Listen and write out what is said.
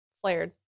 flared